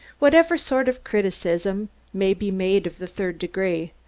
whatever sort of criticism may be made of the third degree,